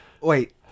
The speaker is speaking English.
wait